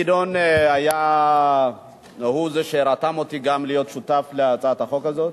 גדעון הוא זה שרתם גם אותי להיות שותף להצעת החוק הזו.